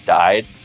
died